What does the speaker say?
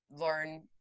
learn